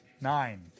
Nine